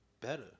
better